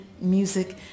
music